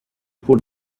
put